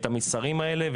את המסרים האלה,